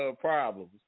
problems